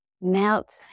melt